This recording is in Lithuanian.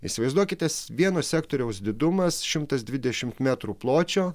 įsivaizduokitės vieno sektoriaus didumas šimtas dvidešimt metrų pločio